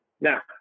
Now